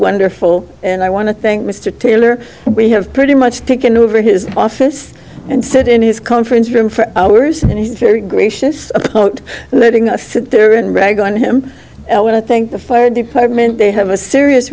wonderful and i want to thank mr taylor we have pretty much taken over his office and said in his conference room for hours and he's very gracious letting us sit there and rag on him but i think the fire department they have a serious